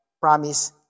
promise